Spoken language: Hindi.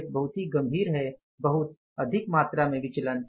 यह बहुत गंभीर है बहुत अधिक मात्रा में विचलन